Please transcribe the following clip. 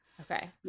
Okay